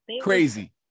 crazy